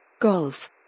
golf